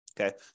Okay